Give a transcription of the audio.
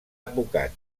advocat